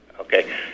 okay